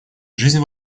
жизнь